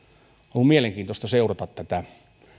on mielenkiintoista seurata näitä